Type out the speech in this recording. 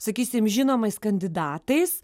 sakysim žinomais kandidatais